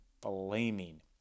blaming